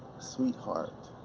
sweetheart,